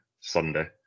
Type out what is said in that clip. Sunday